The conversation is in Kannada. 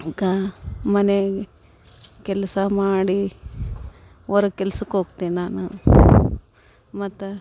ಕಾ ಮನೇಗೆ ಕೆಲಸ ಮಾಡಿ ಹೊರಗ್ ಕೆಲ್ಸಕ್ಕೆ ಹೋಗ್ತೇನ್ ನಾನು ಮತ್ತು